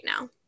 now